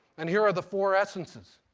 and here are the four essences.